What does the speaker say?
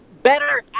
Better